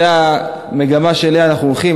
זו המגמה שאליה אנחנו הולכים.